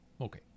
Okay